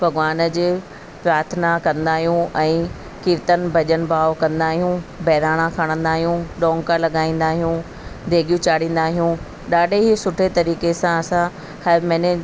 भॻवान जे प्राथना कंदा आहियूं ऐं कीर्तन भॼनु भाव कंदा आहियूं ॿहिराणा खणंदा आहियूं ढोंका लॻाईंदा आहियूं देगियूं चाड़ींदा आहियूं ॾाढे ई सुठे तरीक़े सां असां हर महीने